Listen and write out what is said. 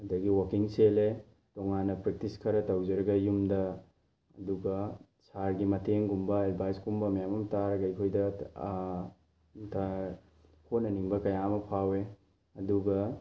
ꯑꯗꯒꯤ ꯋꯥꯛꯀꯤꯡ ꯆꯦꯜꯂꯦ ꯇꯣꯉꯥꯟꯅ ꯄ꯭ꯔꯦꯛꯇꯤꯁ ꯈꯔ ꯇꯧꯖꯔꯒ ꯌꯨꯝꯗ ꯑꯗꯨꯒ ꯁꯥꯔꯒꯤ ꯃꯇꯦꯡꯒꯨꯝꯕ ꯑꯦꯠꯚꯥꯏꯁꯀꯨꯝꯕ ꯃꯌꯥꯝ ꯑꯃ ꯇꯥꯔꯒ ꯑꯩꯈꯣꯏꯗ ꯍꯣꯠꯅꯅꯤꯡꯕ ꯀꯌꯥ ꯑꯃ ꯐꯥꯎꯋꯦ ꯑꯗꯨꯒ